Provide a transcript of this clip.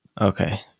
Okay